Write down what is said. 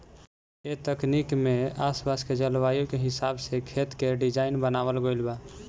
ए तकनीक में आस पास के जलवायु के हिसाब से खेत के डिज़ाइन बनावल गइल बा